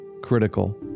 critical